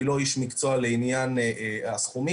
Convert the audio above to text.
אני לא איש מקצוע לעניין הסכומים,